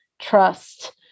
trust